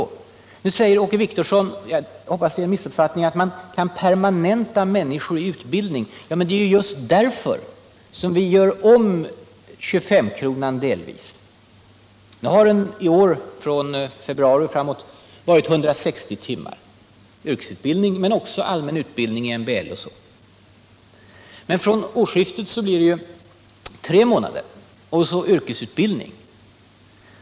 Åke Wictorsson säger — men jag hoppas att jag har missuppfattat honom — att 25-kronan kan permanenta människor i utbildning. Det är just därför som vi delvis gör om 2S-kronan! Nu har det i år, från februari och framåt, varit 160 timmars yrkesutbildning, men också allmän utbildning, MBL-utbildning osv. Från årsskiftet blir det tre månaders yrkesutbildning.